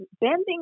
bending